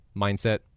Mindset